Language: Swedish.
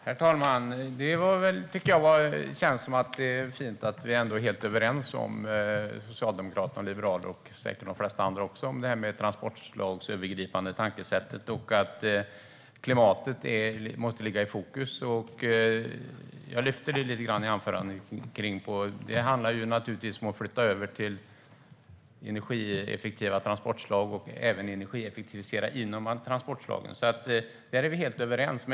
Herr talman! Det känns fint att socialdemokrater, liberaler och säkert de flesta andra är överens om det transportslagsövergripande tankesättet. Klimatet måste ligga i fokus. Jag lyfte upp i mitt anförande att det handlar om att flytta energieffektiva transportslag och att energieffektivisera inom transportslagen. Där är vi helt överens.